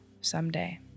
someday